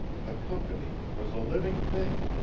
the company was a living thing.